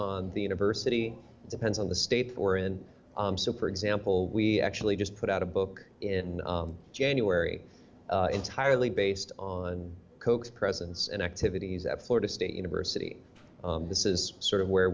on the university depends on the state for and for example we actually just put out a book in january entirely based on koch's presence and activities at florida state university this is sort of where